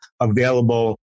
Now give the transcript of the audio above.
available